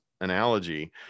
analogy